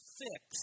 fix